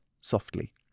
softly